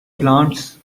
plants